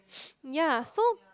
ya so